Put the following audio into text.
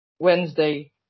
Wednesday